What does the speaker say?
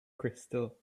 crystal